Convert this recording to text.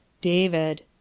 David